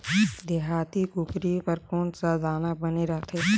देहाती कुकरी बर कौन सा दाना बने रथे?